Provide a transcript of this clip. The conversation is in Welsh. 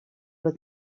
oedd